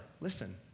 listen